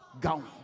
gone